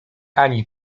ani